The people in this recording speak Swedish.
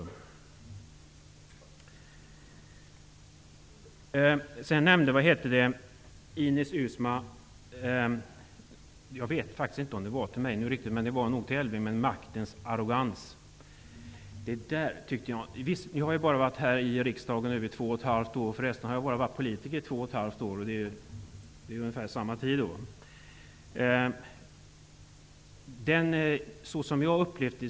Ines Uusmann talade om maktarrogans. Jag vet inte om hon riktade sig till mig eller till Elving Andersson. Jag har varit i riksdagen bara två och ett halvt år, förresten har jag varit politiker bara två och ett halvt år.